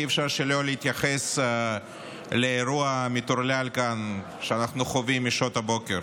אי-אפשר שלא להתייחס לאירוע המטורלל שאנחנו חווים כאן משעות הבוקר.